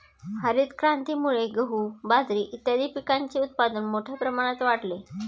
हरितक्रांतीमुळे गहू, बाजरी इत्यादीं पिकांचे उत्पादन मोठ्या प्रमाणात वाढले